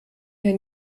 hier